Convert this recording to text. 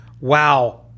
wow